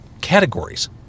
categories